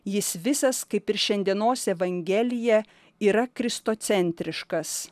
jis visas kaip ir šiandienos evangelija yra kristocentriškas